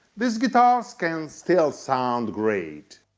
these guitars can still sound great.